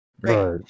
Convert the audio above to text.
right